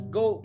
go